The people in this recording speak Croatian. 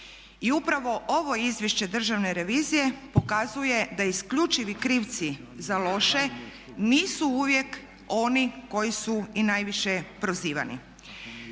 I upravo ovo izvješće državne revizije pokazuje da isključivi krivci za loše nisu uvijek oni koji su i najviše prozivani.